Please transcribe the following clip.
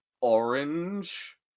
orange